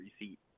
receipt